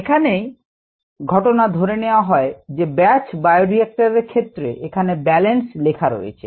এখানেই ঘটনা ধরে নেয়া হয় যে ব্যাচ বায়োরিক্টর এর ক্ষেত্রে এখানে ব্যালেন্স লেখা রয়েছে